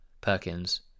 Perkins